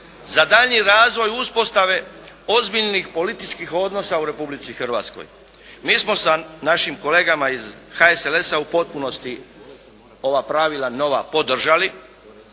za daljnji razvoj uspostave ozbiljnih političkih odnosa u Republici Hrvatskoj. Mi smo sa našim kolegama iz HSLS-a u potpunosti ova pravila nova podržali,